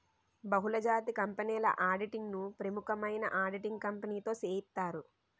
బహుళజాతి కంపెనీల ఆడిటింగ్ ను ప్రముఖమైన ఆడిటింగ్ కంపెనీతో సేయిత్తారు